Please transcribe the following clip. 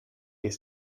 his